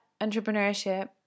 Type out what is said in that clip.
entrepreneurship